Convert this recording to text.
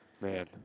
Man